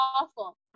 awful